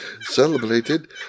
celebrated